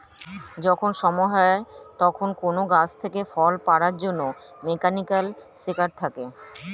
যখন সময় হয় তখন কোন গাছ থেকে ফল পাড়ার জন্যে মেকানিক্যাল সেকার থাকে